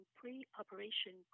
pre-operation